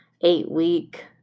eight-week